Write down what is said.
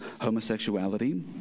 homosexuality